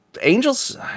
Angels